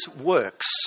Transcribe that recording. works